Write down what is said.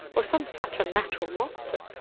or some such unnatural monster.